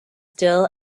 still